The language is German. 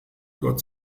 gott